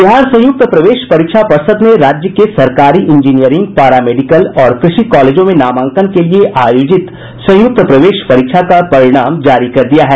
बिहार संयुक्त प्रवेश परीक्षा पर्षद ने राज्य के सरकारी इंजीनियरिंग पारा मेडिकल और कृषि कॉलेजों में नामांकन के लिये आयोजित संयुक्त प्रवेश परीक्षा का परिणाम जारी कर दिया है